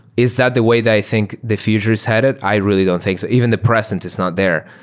is that the way they think the future is headed? i really don't think so. even the present is not there,